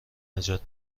نجات